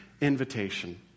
invitation